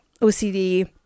OCD